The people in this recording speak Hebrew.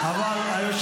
"שטיח"